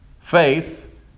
Faith